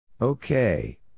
Okay